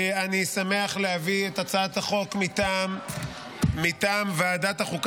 אני קובע כי הצעת חוק מניעת מימון של מדינת ישראל